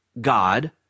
God